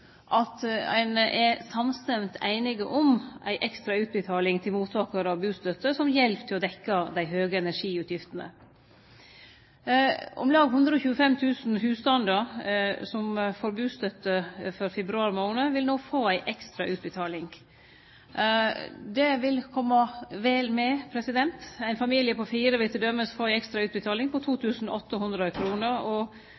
at me er einige om ei ekstra utbetaling til mottakarar av bustøtte for å dekkje dei høge energiutgiftene. Om lag 125 000 husstandar som får bustøtte for februar månad, vil no få ei ekstra utbetaling. Det vil kome vel med. Ein familie på fire vil t.d. få ei ekstra utbetaling på 2 800 kr, og